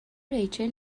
ریچل